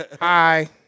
hi